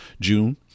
June